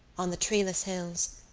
on the treeless hills,